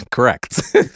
Correct